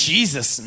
Jesus